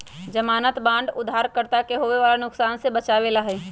ज़मानत बांड उधारकर्ता के होवे वाला नुकसान से बचावे ला हई